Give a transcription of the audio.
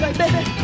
baby